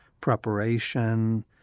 preparation